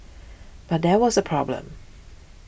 but there was a problem